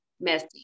messy